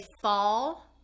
fall